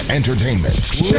Entertainment